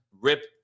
rip